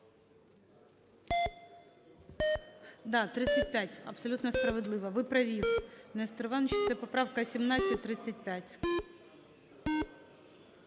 Да, 35, абсолютно справедливо. Ви праві, Нестор Іванович, це поправка 1735.